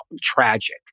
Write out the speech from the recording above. tragic